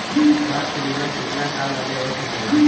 स्वास्थ्य बीमा कितना साल बदे हो सकेला?